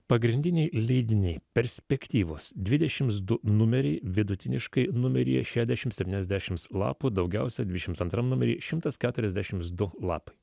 pagrindiniai leidiniai perspektyvos dvidešimt du numeriai vidutiniškai numeryje šešiasdešimt septyniasdešimt lapų daugiausiai dvidešimt antram numery šimtas keturiasdešimt du lapai